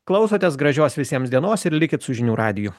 klausotės gražios visiems dienos ir likit su žinių radiju